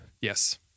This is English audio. yes